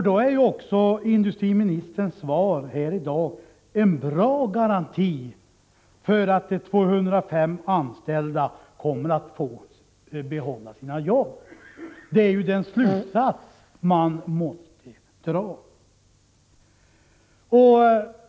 Då är också industriministerns svar här i dag en bra garanti för att de 205 anställda kommer att få behålla sina jobb. Det är ju den slutsats man måste dra av detta.